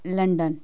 London